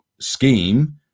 scheme